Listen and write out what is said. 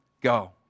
go